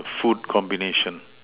food combination